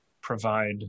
provide